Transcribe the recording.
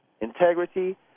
integrity